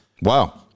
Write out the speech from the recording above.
Wow